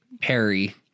Perry